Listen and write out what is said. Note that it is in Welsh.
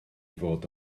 fod